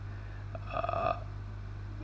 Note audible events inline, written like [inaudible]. [breath] uh [noise]